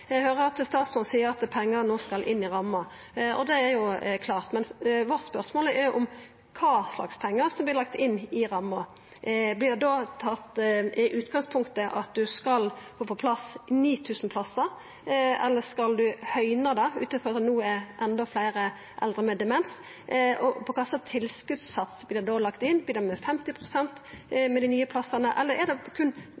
Eg høyrer at statsråden seier at pengane no skal inn i ramma, og det er jo klart, men vårt spørsmål er kva slags pengar som vert lagde inn i ramma. Er utgangspunktet at ein skal få på plass 9 000 plassar, eller skal ein høgna det, ut frå at det no er enda fleire eldre med demens? Og kva slags tilskotssats vert da lagd inn? Vert han på 50 pst. med